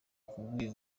akubwiye